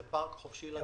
זה פארק חופשי לציבור.